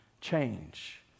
change